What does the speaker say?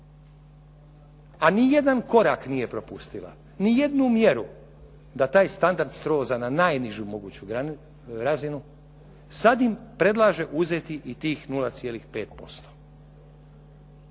a nijedan korak nije propustila, nijednu mjeru da taj standard sroza na najnižu moguću razinu sad im predlaže uzeti i tih 0,5%.